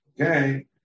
okay